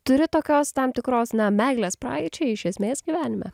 turi tokios tam tikros na meilės praeičiai iš esmės gyvenime